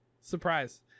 surprise